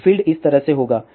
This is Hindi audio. तो फील्ड इस तरह होगा